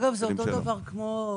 זה אותו דבר כמו,